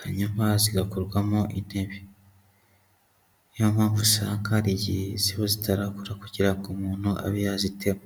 hanyuma zigakorwamo intebe, niyo mpamvu usanga hari igihe ziba zitarakura kugira ngo umuntu abe yaziteba.